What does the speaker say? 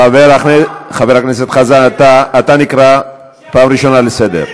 חבר הכנסת חזן, אתה נקרא פעם ראשונה לסדר.